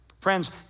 Friends